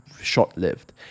short-lived